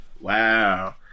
wow